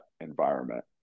environment